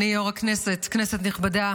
אדוני יו"ר הישיבה, כנסת נכבדה,